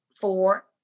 four